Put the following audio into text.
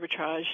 arbitrage